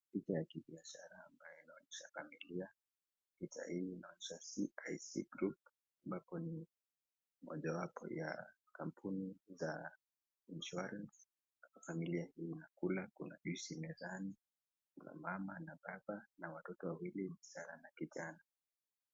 Picha ya kibiashara ambayo inaonyesha familia. Picha hii inaonyesha CIC Group ambapo ni mojawapo ya kampuni za Insurance . Familia hii inakula. Kuna juisi mezani. Kuna mama na baba na watoto wawili, msichana na kijana.